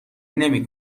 نمی